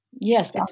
yes